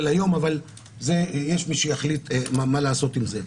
היום אבל יש מי שיחליט מה לעשות עם זה.